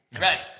Ready